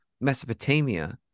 Mesopotamia